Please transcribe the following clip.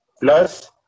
plus